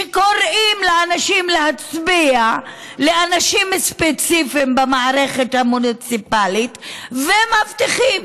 שקוראים לאנשים להצביע לאנשים ספציפיים במערכת המוניציפלית ומבטיחים: